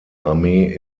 armee